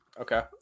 Okay